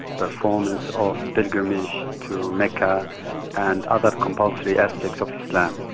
performance of pilgrimage to mecca and other compulsory aspects of islam,